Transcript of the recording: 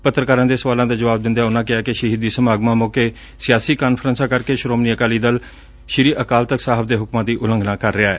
ਪੱਤਰਕਾਰਾਂ ਦੇ ਸਵਾਲਾਂ ਦਾ ਜਵਾਬ ਦਿੰਦਿਆਂ ਉਨੂਾਂ ਕਿਹਾ ਕਿ ਸਹੀਦੀ ਸਮਾਗਮਾਂ ਮੋਕੇ ਸਿਆਸੀ ਕਾਨਫਰੰਸਾਂ ਕਰਕੇ ਸ੍ਰੋਮਣੀ ਅਕਾਲੀ ਦਲ ਸ੍ਰੀ ਅਕਾਲ ਤਖ਼ਤ ਸਾਹਿਬ ਦੇ ਹੁਕਮਾਂ ਦੀ ਉਲੰਘਣਾ ਕਰ ਰਿਹੈ